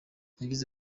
yagize